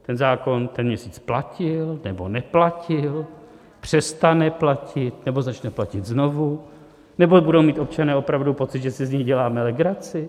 Ten zákon ten měsíc platil, nebo neplatil, přestane platit, nebo začne platit znovu, nebo budou mít občané opravdu pocit, že si z nich děláme legraci?